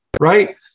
right